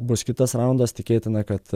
bus kitas raundas tikėtina kad